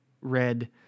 red